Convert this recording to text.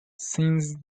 since